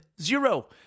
Zero